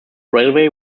railway